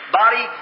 body